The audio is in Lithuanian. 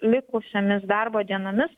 likusiomis darbo dienomis